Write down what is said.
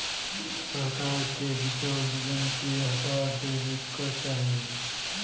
सरकार के बिचौलियन के हटा देवे क चाही